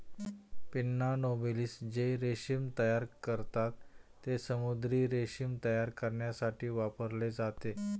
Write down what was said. pinna nobilis जे रेशीम तयार करतात, ते समुद्री रेशीम तयार करण्यासाठी वापरले जाते